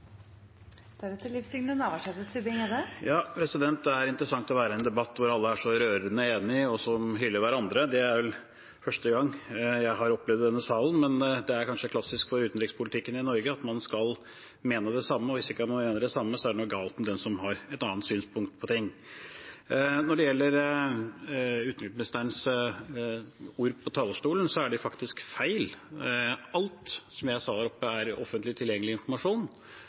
interessant å være i en debatt hvor alle er så rørende enige, og der man hyller hverandre. Det er vel første gang jeg har opplevd i denne salen, men det er kanskje klassisk for utenrikspolitikken i Norge at man skal mene det samme, og hvis man ikke mener det samme, er det noe galt med den som har et annet synspunkt på ting. Når det gjelder utenriksministerens ord fra talerstolen, er de faktisk feil. Alt jeg sa der oppe, er offentlig tilgjengelig informasjon,